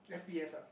F_P_S ah